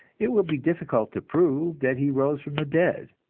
it will be difficult to prove that he rose from the dead.